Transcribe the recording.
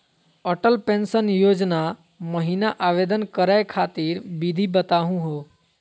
Atal pension योजना महिना आवेदन करै खातिर विधि बताहु हो?